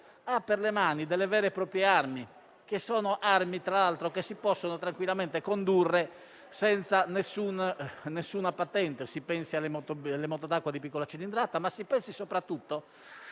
ha per le mani delle vere e proprie armi che, tra l'altro, si possono tranquillamente condurre senza nessuna patente: si pensi alle moto d'acqua di piccola cilindrata, ma soprattutto